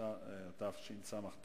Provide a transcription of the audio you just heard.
התשס"ט